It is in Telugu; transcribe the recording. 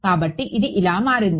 కాబట్టి ఇది ఇలా మారింది